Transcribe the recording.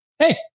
Hey